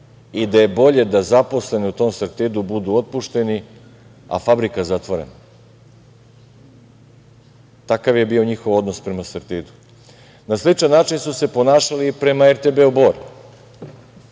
i da je bolje da zaposleni u tom „Sartidu“ budu otpušteni, a fabrika zatvorena. Takav je bio njihov odnos prema „Sartidu“.Na sličan način su se ponašali i prema „RTB Bor“.